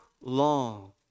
long